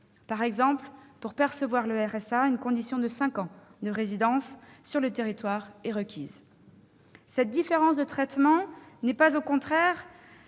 Par exemple, pour percevoir le RSA, une condition de cinq ans de résidence sur le territoire est requise. Cette différence de traitement n'est pas contraire